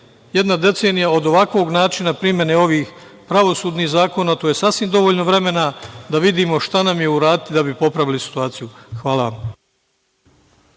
jedna decenija od ovakvog načina primene ovih pravosudnih zakona, a to je sasvim dovoljno vremena da vidimo šta nam je uraditi da bi popravili situaciju. Hvala.